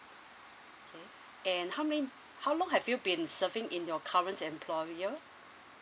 okay and how many how long have you been serving in your current employer